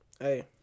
Hey